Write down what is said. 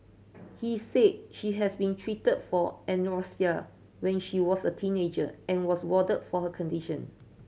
he said she has been treated for anorexia when she was a teenager and was warded for her condition